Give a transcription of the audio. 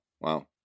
wow